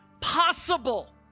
possible